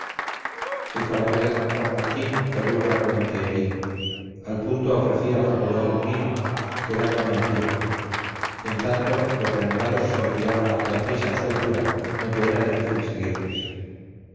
el caballo de d juan martín cayó gravemente herido al punto ofrecí al general el mío quedándome a pie en tanto los renegados se retiraban a toda prisa a su altura donde era difícil seguirles